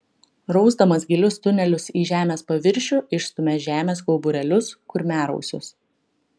rausdamas gilius tunelius į žemės paviršių išstumia žemės kauburėlius kurmiarausius